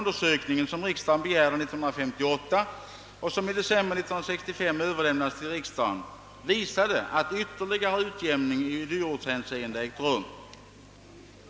december 1965 överlämnades, visade att en ytterligare utjämning i dyrortshänseende ägt rum.